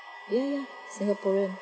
ya ya singaporean